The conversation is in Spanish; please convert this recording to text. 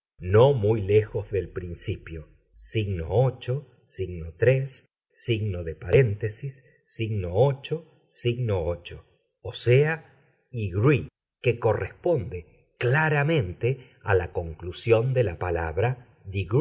no muy lejos del principio je de paréntesis o sea egree que corresponde claramente a la conclusión de la palabra